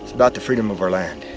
it's about the freedom of our land.